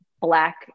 black